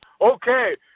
Okay